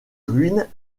ruine